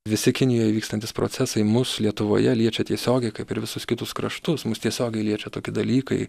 visi kinijoj vykstantys procesai mus lietuvoje liečia tiesiogiai kaip ir visus kitus kraštus mus tiesiogiai liečia tokie dalykai